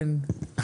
אין.